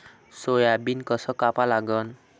Soybean कस कापा लागन?